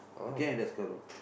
okay Deskar road